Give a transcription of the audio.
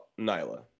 Nyla